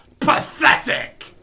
PATHETIC